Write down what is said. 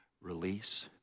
release